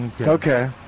Okay